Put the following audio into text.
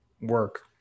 work